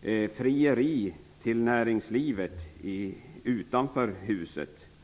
De ägnar sig åt frieri till näringslivet utanför detta hus.